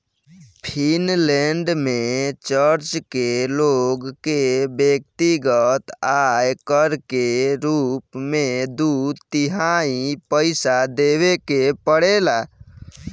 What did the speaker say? Finland में church के लोग के व्यक्तिगत आय कर के रूप में दू तिहाई पइसा देवे के पड़ेला